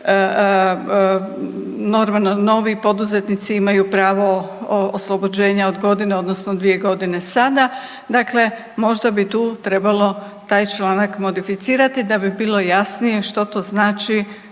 novi poduzetnici imaju pravo oslobođenja od godine odnosno dvije godine sada? Dakle možda bi tu trebalo taj članak modificirati da bi bilo jasnije što to znači